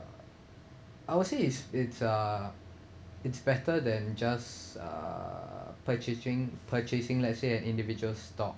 I would say it's it's uh it's better than just uh purchasing purchasing let's say an individual's stock